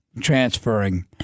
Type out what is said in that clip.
transferring